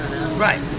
Right